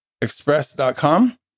express.com